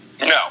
No